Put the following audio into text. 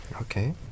Okay